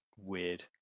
weird